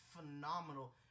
phenomenal